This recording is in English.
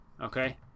okay